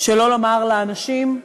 שלא לומר לאנשים,